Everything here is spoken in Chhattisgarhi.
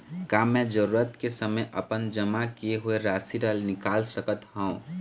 का मैं जरूरत के समय अपन जमा किए हुए राशि ला निकाल सकत हव?